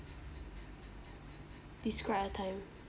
describe a time